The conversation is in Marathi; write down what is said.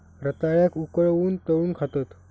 रताळ्याक उकळवून, तळून खातत